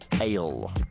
ale